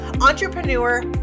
Entrepreneur